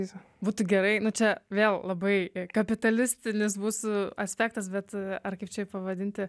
tiesa būtų gerai čia vėl labai kapitalistinis bus aspektas bet ar kaip čia pavadinti